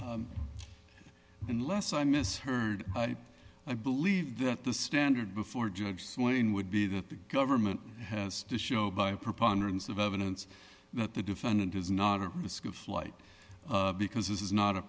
unless i misheard and i believe that the standard before judge seidlin would be that the government has to show by a preponderance of evidence that the defendant is not a risk of flight because this is not a